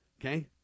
Okay